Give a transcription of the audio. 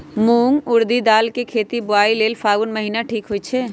मूंग ऊरडी दाल कें खेती बोआई लेल फागुन महीना ठीक होई छै